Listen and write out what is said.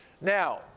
Now